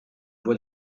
voit